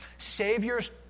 Saviors